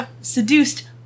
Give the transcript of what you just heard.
Seduced